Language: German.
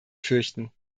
fürchten